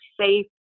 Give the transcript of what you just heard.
safe